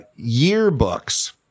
yearbooks